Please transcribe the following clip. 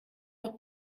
noch